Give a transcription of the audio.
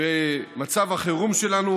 במצב החירום שלנו,